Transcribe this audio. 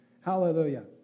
Hallelujah